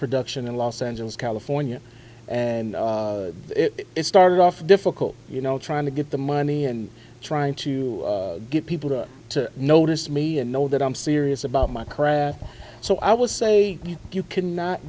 production in los angeles california and it started off difficult you know trying to get the money and trying to get people to notice me and know that i'm serious about my craft so i will say you cannot